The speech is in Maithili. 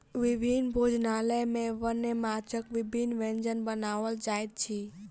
विभिन्न भोजनालय में वन्य माँछक विभिन्न व्यंजन बनाओल जाइत अछि